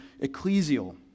ecclesial